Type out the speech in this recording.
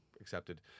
accepted